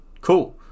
cool